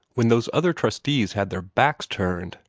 when those other trustees had their backs turned,